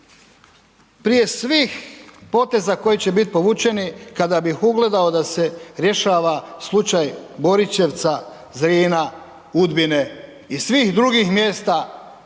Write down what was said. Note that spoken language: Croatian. Prije svih poteza koji će bit povučeni kada bih ugledao da se rješava slučaj Borićevca, Zrina, Udbine i svih drugih mjesta